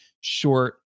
short